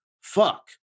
fuck